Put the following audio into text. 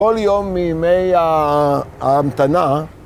‫כל יום מימי ההמתנה.